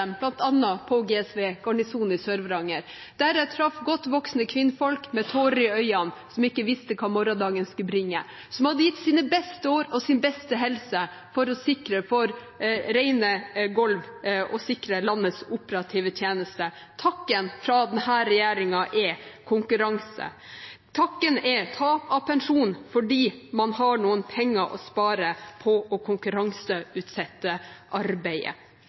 på Garnisonen i Sør-Varanger, GSV, der jeg traff godt voksne kvinner med tårer i øynene som ikke visste hva morgendagen skulle bringe, som hadde gitt sine beste år og sin beste helse for å sørge for rene golv og sikre landets operative tjeneste. Takken fra denne regjeringen er konkurranse. Takken er tap av pensjon fordi det er noen penger å spare på å konkurranseutsette arbeidet.